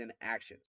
actions